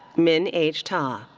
minh h. ta.